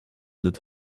that